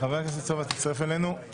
חבר הכנסת סובה, תצטרף אלינו.